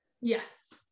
Yes